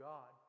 God